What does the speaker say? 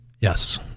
Yes